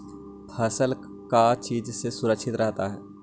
फसल का चीज से सुरक्षित रहता है?